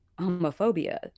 homophobia